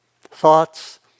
thoughts